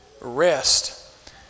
rest